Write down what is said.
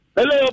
Hello